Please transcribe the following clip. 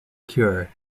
cure